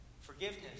Forgiveness